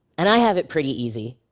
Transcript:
and i have it pretty easy.